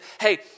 hey